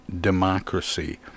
Democracy